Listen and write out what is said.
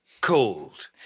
cold